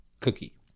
cookie